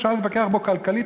אפשר להתווכח עליו כלכלית,